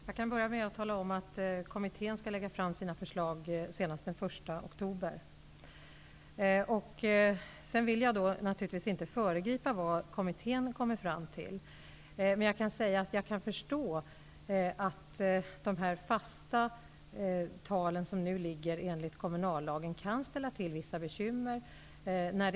Herr talman! Kommittén skall lägga fram sina förslag senast den 1 oktober. Jag vill naturligtvis inte föregripa vad kommittén kommer fram till. Men jag kan säga att jag kan förstå att de fasta tal som nu gäller enligt kommunallagen kan ställa till vissa bekymmer.